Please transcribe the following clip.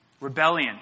Rebellion